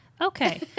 Okay